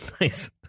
nice